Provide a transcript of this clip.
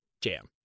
jam